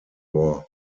war